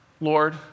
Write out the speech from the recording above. Lord